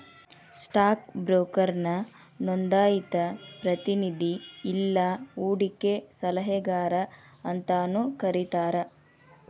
stock ಬ್ರೋಕರ್ನ ನೋಂದಾಯಿತ ಪ್ರತಿನಿಧಿ ಇಲ್ಲಾ ಹೂಡಕಿ ಸಲಹೆಗಾರ ಅಂತಾನೂ ಕರಿತಾರ